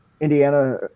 Indiana